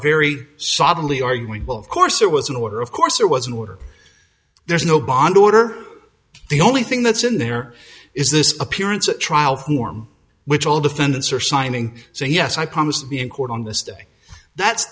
very sadly arguing well of course there was an order of course there was an order there's no bond order the only thing that's in there is this appearance a trial form which all defendants are signing so yes i promise to be in court on this day that's